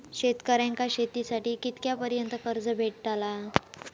शेतकऱ्यांका शेतीसाठी कितक्या पर्यंत कर्ज भेटताला?